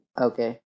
okay